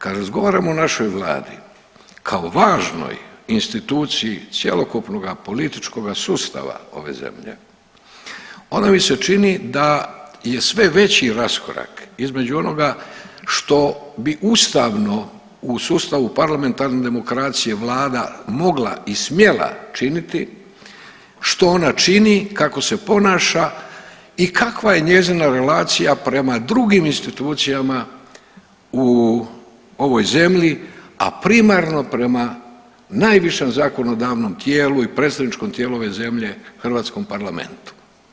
Kad razgovaramo o našoj vladi kao važnoj instituciji cjelokupnoga političkoga sustava ove zemlje onda mi se čini da je sve veći raskorak između onoga što bi ustavno u sustavu parlamentarne demokracije vlada mogla i smjela činiti, što ona čini, kako se ponaša i kakva je njezina relacija prema drugim institucijama u ovoj zemlji, a primarno prema najvišem zakonodavnom tijelu i predstavničkom tijelu ove zemlje hrvatskom parlamentu.